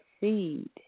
seed